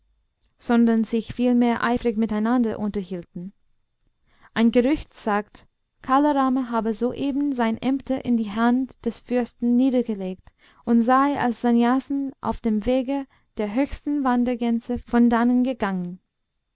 sondern sich vielmehr eifrig miteinander unterhielten ein gerücht sagt kala rama habe soeben seine ämter in die hand des fürsten niedergelegt und sei als sannyasin auf dem wege der höchsten wandergänse von dannen gegangen